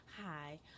hi